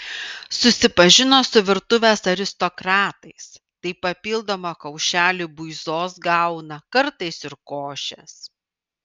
susipažino su virtuvės aristokratais tai papildomą kaušelį buizos gauna kartais ir košės